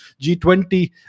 G20